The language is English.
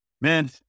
man